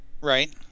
Right